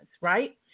right